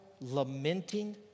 lamenting